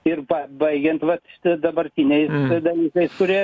ir ba baigiant vat dabartiniais dalykais kurie